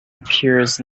appears